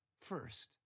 first